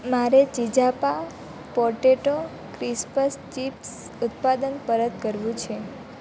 મારે ચિઝાપા potato crisps chips ઉત્પાદન પરત કરવું છે